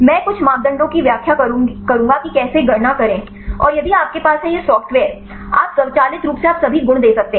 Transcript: मैं कुछ मापदंडों की व्याख्या करूँगा कि कैसे गणना करें और यदि आपके पास है यह सॉफ्टवेयर आप स्वचालित रूप से आप सभी गुण दे सकते हैं